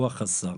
רוח השר.